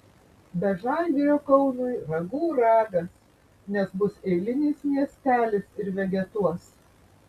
be žalgirio kaunui ragų ragas nes bus eilinis miestelis ir vegetuos